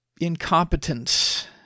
incompetence